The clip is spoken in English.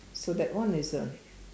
so that one is a